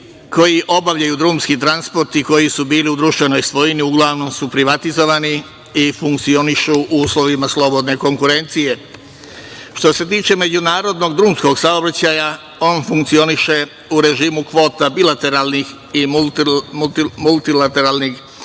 koji obavljaju drumski transport i koji su bili u društvenoj svojini, uglavnom su privatizovani i funkcionišu u uslovima slobodne konkurencije. Što se tiče međunarodnog drumskog saobraćaja, on funkcioniše u režimu kvota bilateralnih i multilateralnih